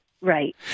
right